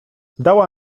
dała